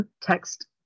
text